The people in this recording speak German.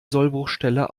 sollbruchstelle